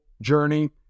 journey